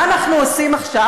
מה אנחנו עושים עכשיו?